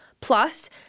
Plus